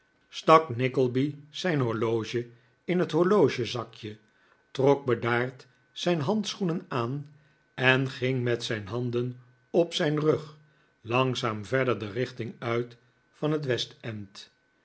stak nickleby zijn horloge in het horlogezakje trok bedaard zijn handschoenen aan en ging met zijn handen op zijn rug langzaam verder de richting uit van het